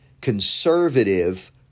conservative